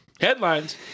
Headlines